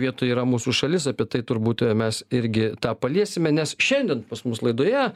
vietoj yra mūsų šalis apie tai turbūt mes irgi tą paliesime nes šiandien pas mus laidoje